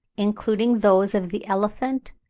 including those of the elephant,